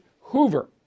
Hoover